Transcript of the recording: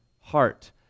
heart